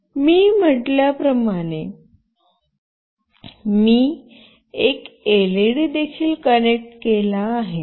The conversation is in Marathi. मी म्हटल्या प्रमाणे मी एक एलईडी देखील कनेक्ट केला आहे